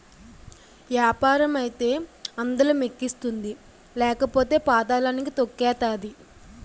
యాపారం అయితే అందలం ఎక్కిస్తుంది లేకపోతే పాతళానికి తొక్కేతాది